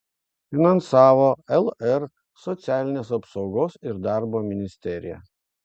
finansavo lr socialinės apsaugos ir darbo ministerija